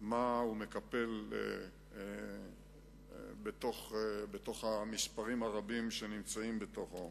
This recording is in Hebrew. מה הוא מקפל בתוך המספרים הרבים שנמצאים בו,